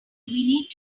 need